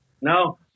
No